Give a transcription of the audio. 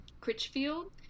Critchfield